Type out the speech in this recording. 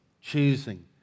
Choosing